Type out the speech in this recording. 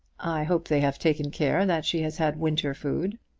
i hope they have taken care that she has had winter food.